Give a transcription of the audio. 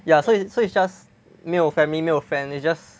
ya so is it so it's just 没有 family 没有 friend it's just